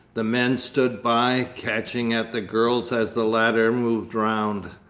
the men stood by, catching at the girls as the latter moved round,